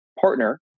partner